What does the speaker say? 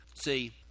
See